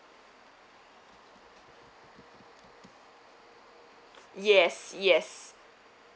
yes yes